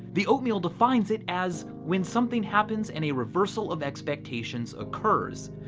the oatmeal defines it as when something happens and a reversal of expectations occurs.